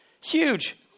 Huge